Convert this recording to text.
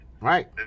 Right